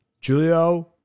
Julio